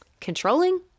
controlling